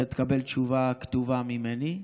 ותקבל תשובה כתובה ממני.